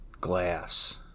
Glass